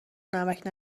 نمکـ